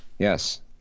Yes